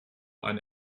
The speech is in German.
ein